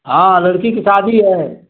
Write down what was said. हाँ लड़की की शादी है